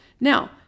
Now